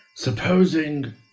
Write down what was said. Supposing